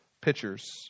pitchers